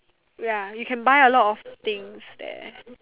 ya you can buy a lot of things there